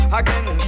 again